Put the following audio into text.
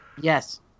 Yes